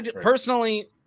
Personally